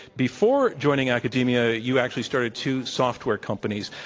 before joining academia you actually started two software companies.